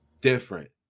Different